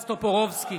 טופורובסקי,